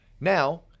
Now